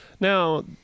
Now